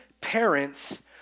parents